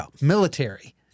military